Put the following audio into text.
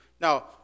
Now